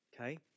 okay